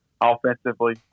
offensively